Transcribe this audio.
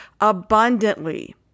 abundantly